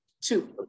two